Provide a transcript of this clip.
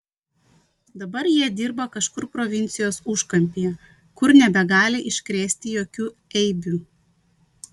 dabar jie dirba kažkur provincijos užkampyje kur nebegali iškrėsti jokių eibių